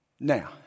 Now